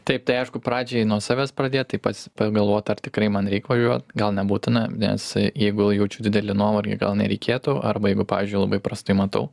taip tai aišku pradžiai nuo savęs pradėt tai pats pagalvot ar tikrai man reik važiuot gal nebūtina nes jeigu jaučiu didelį nuovargį gal nereikėtų arba jeigu pavyzdžiui labai prastai matau